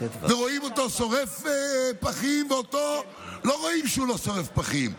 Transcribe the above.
רואים אותו שורף פחים ואותו לא רואים שהוא לא שורף פחים.